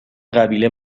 قبیله